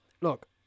Look